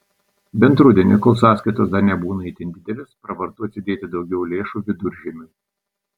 bent rudenį kol sąskaitos dar nebūna itin didelės pravartu atsidėti daugiau lėšų viduržiemiui